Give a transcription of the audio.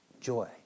joy